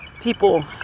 people